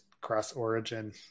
cross-origin